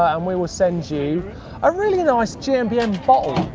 um we will send you a really nice gmbn bottle.